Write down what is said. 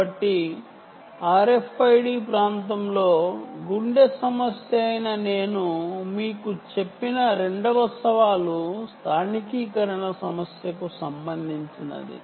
కాబట్టి రెండవ సవాలు RFID ప్రాంతంలో ముఖ్య సమస్య స్థానికీకరణ కు సంబంధించినది